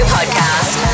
Podcast